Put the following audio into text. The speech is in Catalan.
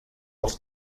els